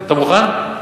אתה מוכן?